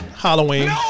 Halloween